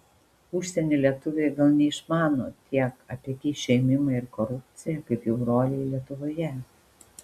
užsienio lietuviai gal neišmano tiek apie kyšių ėmimą ir korupciją kaip jų broliai lietuvoje